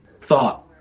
thought